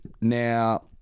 Now